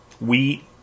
wheat